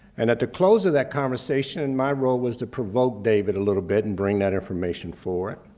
and at the close of that conversation, my role was to provoke david a little bit and bring that information forward,